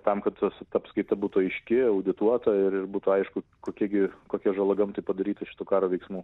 tam kad tos ta apskaita būtų aiški audituota ir būtų aišku kokia gi kokia žala gamtai padaryta šitų karo veiksmų